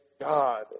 God